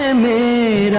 and me.